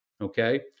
okay